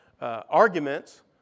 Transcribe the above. arguments